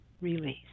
release